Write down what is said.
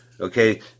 Okay